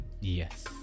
Yes